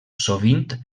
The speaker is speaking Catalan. sovint